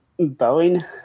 Boeing